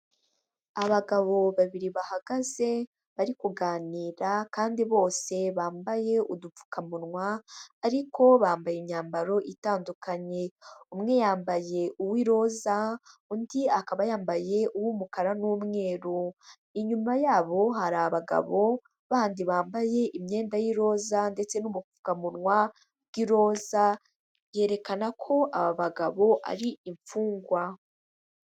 Abagabo babiri bahagaze bari kuganira kandi bose bambaye udupfukamunwa, ariko bambaye imyambaro itandukanye, umwe yambaye uw'iroza, undi akaba yambaye uw'umukara n'umweru, inyuma yabo hari abagabo bandi bambaye imyenda y'iroza ndetse n'ubupfukamunwa bw'iroza, yerekana ko aba bagabo ari imfungwa.